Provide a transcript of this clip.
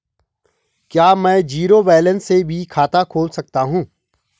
क्या में zero balance से भी खाता खोल सकता हूँ?